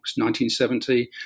1970